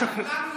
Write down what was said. אותך.